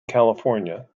california